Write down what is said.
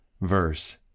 verse